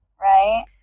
right